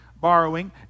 borrowing